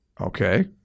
Okay